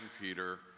Peter